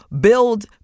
build